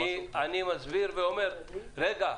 בבקשה.